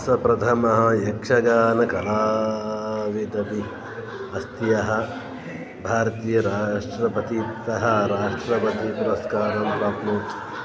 सप्रथमः यक्षगानकलाविदपि अस्त्यः भारतीयराष्ट्रपतितः राष्ट्रपतिपुरस्कारं प्राप्नोत्